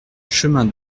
chemin